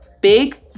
big